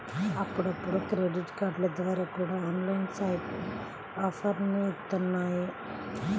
అప్పుడప్పుడు క్రెడిట్ కార్డుల ద్వారా కూడా ఆన్లైన్ సైట్లు ఆఫర్లని ఇత్తన్నాయి